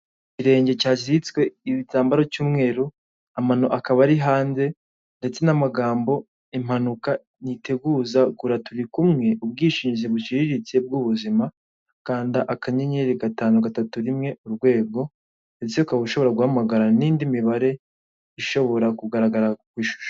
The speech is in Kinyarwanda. Ikirenge cyaziritswe ibitambaro cy'umweru, amano akaba ari hanze ndetse n'amagambo "Impanuka ntiteguza, gura turikumwe, ubwishingizi buciriritse bw'ubuzima". Kanda akanyenyeri gatanu, gatatu, rimwe urwego ndetse ukaba ushobora guhamagara n'indi mibare ishobora kugaragara kw'ishusho.